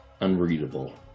unreadable